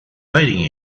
fighting